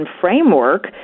framework